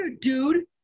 dude